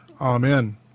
Amen